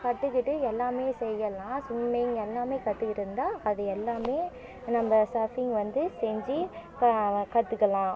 கற்றுகிட்டு எல்லாமே செய்யலாம் ஸ்விமிங் எல்லாமே கற்றுக்கிட்டு இருந்தால் அது எல்லாமே நம்ம சர்ஃபிங் வந்து செஞ்சு இப்போ கற்றுக்கலாம்